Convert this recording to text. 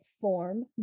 form